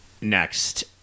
next